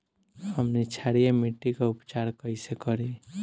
हमनी क्षारीय मिट्टी क उपचार कइसे करी?